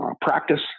practice